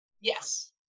Yes